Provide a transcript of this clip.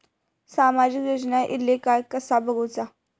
सामाजिक योजना इले काय कसा बघुचा?